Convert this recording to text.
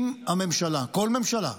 אם הממשלה, כל ממשלה,